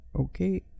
okay